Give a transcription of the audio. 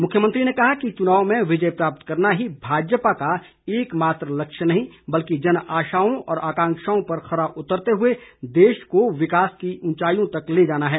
मुख्यमंत्री ने कहा कि चुनाव में विजय प्राप्त करना ही भाजपा एक मात्र लक्ष्य नहीं बल्कि जनआशाओं व आकांक्षाओं पर खरा उतरते हुए देश को विकास के ऊंचाईयों तक ले जाना है